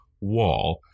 wall